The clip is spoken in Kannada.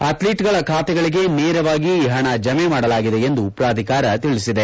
ಅಧ್ಲೀಟ್ಗಳ ಖಾತೆಗಳಿಗೆ ನೇರವಾಗಿ ಈ ಪಣ ಜಮೆ ಮಾಡಲಾಗಿದೆ ಎಂದು ಪ್ರಾಧಿಕಾರ ತಿಳಿಸಿದೆ